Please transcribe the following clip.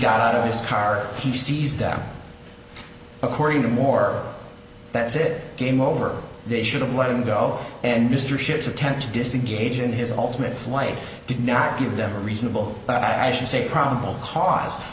got out of his car he sees down according to moore that's it game over they should've let him go and mr ship's attempt to disengage in his ultimate flight did not give them a reasonable i should say probable cause